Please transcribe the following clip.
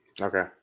Okay